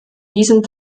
diesen